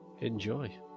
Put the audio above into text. enjoy